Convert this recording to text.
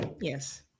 Yes